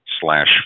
slash